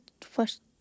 first